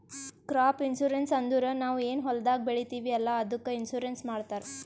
crop insurance ಅಂದುರ್ ನಾವ್ ಏನ್ ಹೊಲ್ದಾಗ್ ಬೆಳಿತೀವಿ ಅಲ್ಲಾ ಅದ್ದುಕ್ ಇನ್ಸೂರೆನ್ಸ್ ಮಾಡ್ತಾರ್